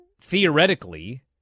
theoretically